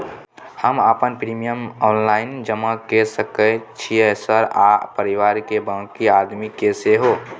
हम अपन premium online जमा के सके छियै सर आ परिवार के बाँकी आदमी के सेहो?